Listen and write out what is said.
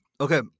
okay